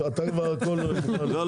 אתה כבר הכול --- לא,